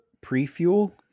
pre-fuel